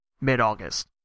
mid-August